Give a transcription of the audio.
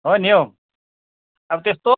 हो नि हौ अब त्यस्तो